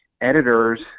editors